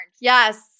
Yes